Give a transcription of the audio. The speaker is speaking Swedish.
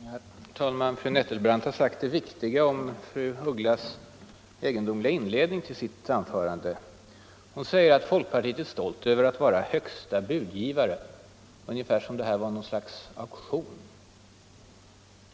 Herr talman! Fru Nettelbrandt har sagt det viktiga om fru af Ugglas egendomliga inledning till sitt anförande. Fru af Ugglas säger att folkpartiet är stolt över att vara högsta ”budgivare” — ungefär som om det här var något slags auktion.